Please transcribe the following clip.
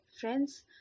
friends